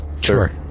sure